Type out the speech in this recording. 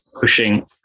pushing